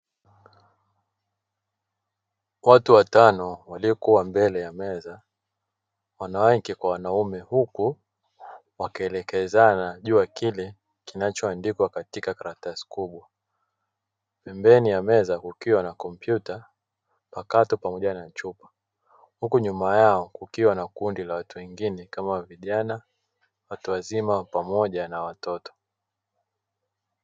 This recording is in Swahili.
Watu watano waliokuwa mbele ya meza, wanawake kwa wanaume. Huku wakielekezana juu ya kile kinachoandikwa katika karatasi kubwa. Pembeni ya meza kukiwa na kompyuta mpakato pamoja na chupa. Huku nyuma yao kukiwa na kundi la watu wengine, kama; vijana, watu wazima pamoja na watoto.